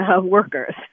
workers